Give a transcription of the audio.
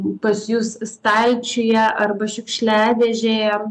pas jus stalčiuje arba šiukšliadėžėje